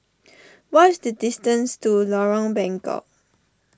what is the distance to Lorong Bengkok